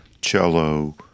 cello